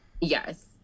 Yes